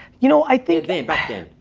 you know, i think then, back then.